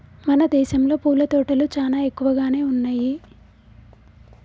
మన దేసంలో పూల తోటలు చానా ఎక్కువగానే ఉన్నయ్యి